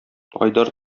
айдар